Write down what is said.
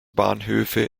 bahnhöfe